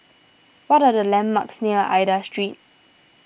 what are the landmarks near Aida Street